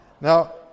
Now